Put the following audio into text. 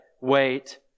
wait